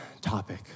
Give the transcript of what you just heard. topic